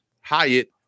Hyatt